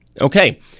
Okay